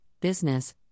business